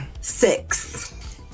Six